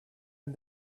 and